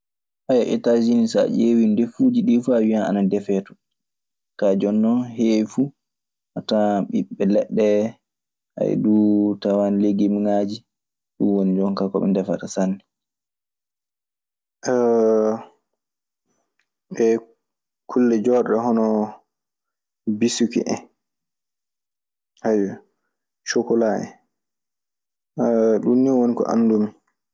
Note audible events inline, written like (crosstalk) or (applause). (hesitation) Ettaa Sinii so a ƴeewii ndefuuji ɗii fuu, a wiyan ana ndefe ton. Kaa jooni non, heewi fuu a tawan ɓiɓɓe leɗɗe, (hesitation) a tawan legimŋaaji, ɗun woni jonkaa ko ɓe ndefata sanne. (hesitation) kulle jorɗe: hono bisiki en, cokola en, ayo ɗun woni ko anndumi.